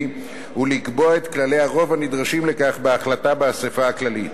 ולקבוע את כללי הרוב הנדרשים לכך בהחלטה באספה הכללית.